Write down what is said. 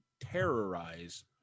terrorize